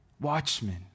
watchmen